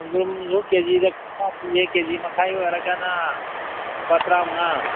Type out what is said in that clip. ꯈꯣꯡꯗ꯭ꯔꯨꯝꯁꯨ ꯀꯦ ꯖꯤꯗ ꯀꯨꯟꯊ꯭ꯔꯥ ꯄꯤꯌꯦ ꯀꯦ ꯖꯤ ꯃꯈꯥꯏ ꯑꯣꯏꯔꯒꯅ ꯂꯨꯄꯥ ꯇꯔꯥ ꯃꯉꯥ